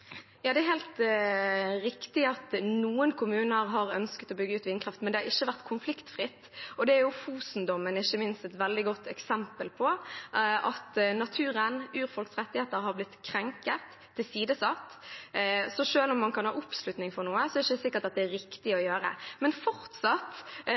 Det er helt riktig at noen kommuner har ønsket å bygge ut vindkraft, men det har ikke vært konfliktfritt. Det er ikke minst Fosen-dommen et veldig godt eksempel på, at naturen og urfolks rettigheter har blitt krenket og tilsidesatt. Så selv om man kan ha oppslutning for noe, er det ikke sikkert at det er riktig